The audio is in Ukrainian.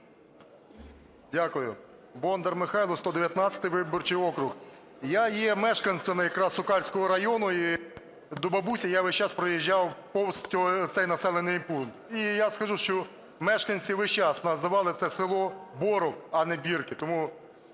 М.Л. Бондар Михайло, 119 виборчий округ. Я є мешканцем якраз Сокальського району, і до бабусі я весь час проїжджав повз цей населений пункт. І я скажу, що мешканці весь час називали це село Боров, а не Бірки.